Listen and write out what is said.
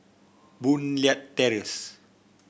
Boon Leat Terrace